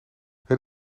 het